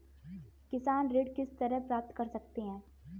किसान ऋण किस तरह प्राप्त कर सकते हैं?